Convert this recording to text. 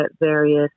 various